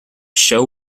show